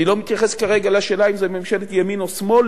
אני לא מתייחס כרגע לשאלה אם זו ממשלת ימין או שמאל,